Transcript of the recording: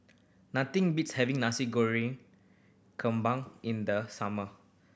nothing beats having Nasi Goreng in the summer